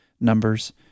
numbers